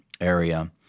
area